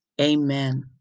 Amen